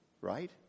right